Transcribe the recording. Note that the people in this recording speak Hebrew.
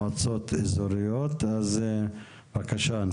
ובמועצות אזוריות, אז בבקשה.